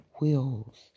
wills